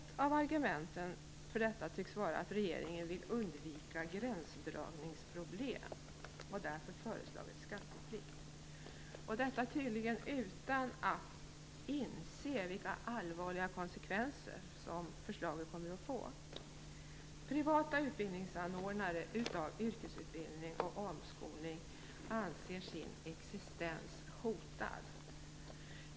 Ett av argumentet för det tycks vara att regeringen vill undvika gränsdragningsproblem och därför föreslagit skatteplikt - tydligen utan att inse vilka allvarliga konsekvenser förslaget kommer att få. Privata utbildningsanordnare av yrkesutbildning och omskolning anser sin existens hotad.